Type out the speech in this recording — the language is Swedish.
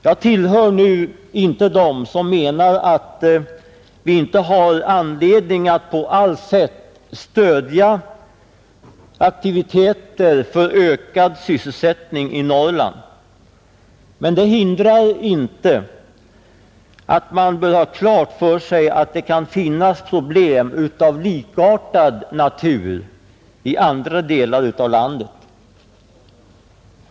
Jag tillhör nu dem som menar att vi har anledning att på allt sätt stödja aktiviteter för ökad sysselsättning i Norrland, men det hindrar inte att man bör ha klart för sig att det kan finnas problem av likartad natur i andra delar av landet.